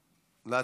לרשותך.